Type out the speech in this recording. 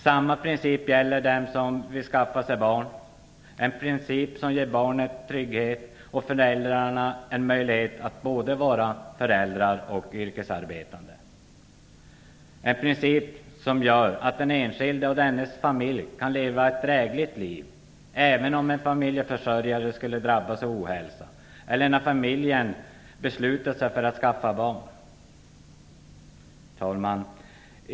Samma princip gäller dem som vill skaffa sig barn. Det är en princip som ger barnen trygghet och föräldrarna en möjlighet att vara både föräldrar och yrkesarbetande. Det är en princip som gör att den enskilde och dennes familj kan leva ett drägligt liv, även om en familjeförsörjare skulle drabbas av ohälsa eller när familjen beslutat sig för att skaffa barn. Herr talman!